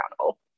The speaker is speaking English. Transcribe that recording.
accountable